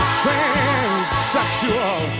transsexual